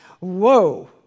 Whoa